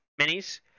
minis